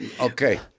Okay